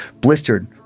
blistered